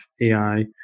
AI